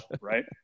right